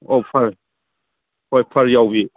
ꯑꯣ ꯐꯔ ꯍꯣꯏ ꯐꯔ ꯌꯥꯎꯕꯤ